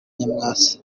nyamwasa